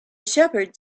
shepherd